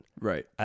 Right